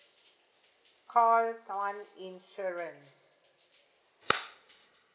call one insurance